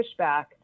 pushback